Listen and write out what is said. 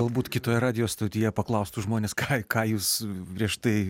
galbūt kitoje radijo stotyje paklaustų žmonės ką ką jūs prieš tai